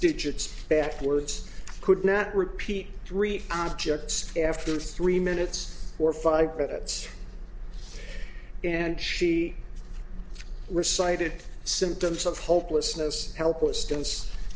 digits backwards could not repeat three objects after three minutes or five minutes and she were cited symptoms of hopelessness helpless